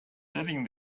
sitting